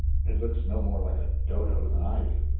it looks no more like a dodo than i do.